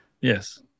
Yes